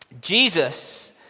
Jesus